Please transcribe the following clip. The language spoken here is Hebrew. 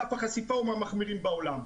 סף החשיפה הוא מהמחמירים בעולם.